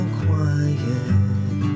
quiet